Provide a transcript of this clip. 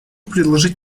предложить